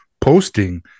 posting